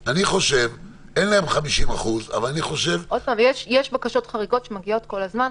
אני חושב שאין להם 50% --- יש בקשות חריגות שמגיעות כל הזמן,